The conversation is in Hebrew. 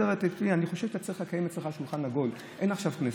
אני חושב שאתה צריך לקיים אצלך שולחן עגול אין עכשיו כנסת,